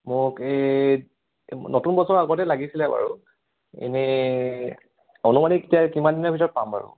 মোক এই নতুন বছৰৰ আগতে লাগিছিলে বাৰু এনেই অনুমানিক এতিয়া কিমান দিনৰ ভিতৰত পাম বাৰু